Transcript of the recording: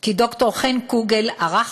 כי ד"ר חן קוגל ערך,